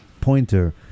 pointer